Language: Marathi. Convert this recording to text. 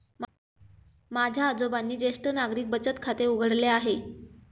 माझ्या आजोबांनी ज्येष्ठ नागरिक बचत खाते उघडले आहे